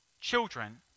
children